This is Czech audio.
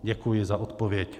Děkuji za odpověď.